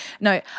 No